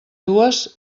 dues